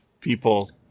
people